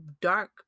dark